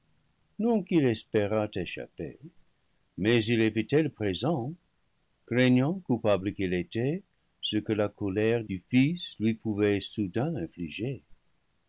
non qu'il espérât échapper mais il évitait le présent craignant coupable qu'il était ce que la colère du fils lui pouvait soudain infliger